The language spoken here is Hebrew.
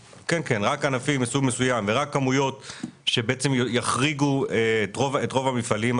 מסוג מסוים ורק כמויות שיחריגו את רוב המפעלים,